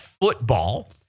football